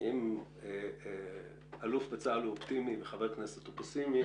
אם אלוף בצה"ל הוא אופטימי וחבר כנסת הוא פסימי,